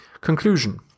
Conclusion